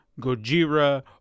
Gojira